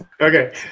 Okay